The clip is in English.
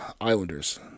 Islanders